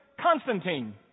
constantine